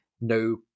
no